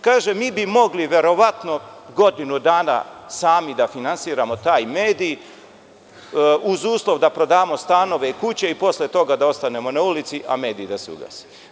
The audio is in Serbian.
Kažu - mi bi mogli verovatno godinu dana sami da finansiramo taj medij, uz uslov da prodamo stanove i kuće i posle toga da ostanemo na ulici, a mediji da se ugase.